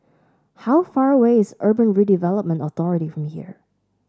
how far away is Urban Redevelopment Authority from here